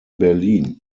berlin